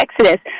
exodus